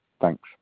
thanks